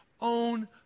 own